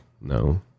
No